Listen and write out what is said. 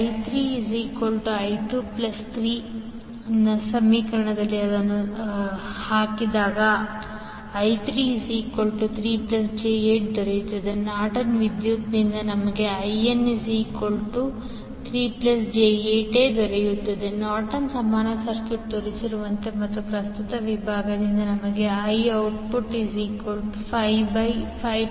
I3I233j8 Norton ವಿದ್ಯುತ್ INI33j8 Norton ಸಮಾನ circuit ತೋರಿಸಿರುವಂತೆ ಮತ್ತು ಪ್ರಸ್ತುತ ವಿಭಾಗದಿಂದ I05520j15IN3j85j31